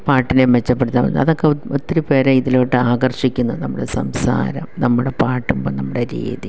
പാട്ടിനെ മെച്ചപ്പെടുത്താൻ അതൊക്കെ ഒത്തിരി പേരെ ഇതിലോട്ട് ആകർഷിക്കുന്നു നമ്മുടെ സംസാരം നമ്മുടെ പാടുമ്പോൾ നമ്മുടെ രീതി